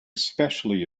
especially